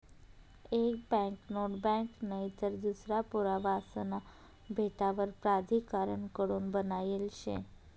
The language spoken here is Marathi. एक बँकनोट बँक नईतर दूसरा पुरावासना भेटावर प्राधिकारण कडून बनायेल शे